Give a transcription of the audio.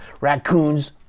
raccoons